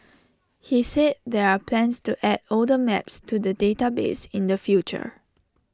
he said there are plans to add older maps to the database in the future